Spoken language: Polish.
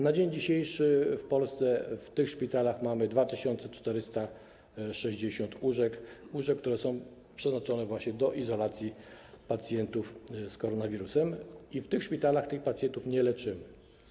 Na dzień dzisiejszy w Polsce w tych szpitalach mamy 2460 łóżek, łóżek, które są przeznaczone właśnie do izolacji pacjentów z koronawirusem i w tych szpitalach tych pacjentów nie leczymy.